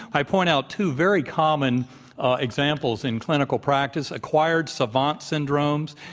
i point out two very common examples in clinical practice acquired savant syndromes,